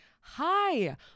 Hi